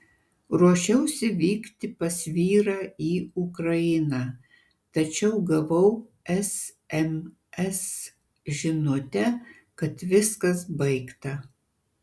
ruošiausi vykti pas vyrą į ukrainą tačiau gavau sms žinutę kad viskas baigta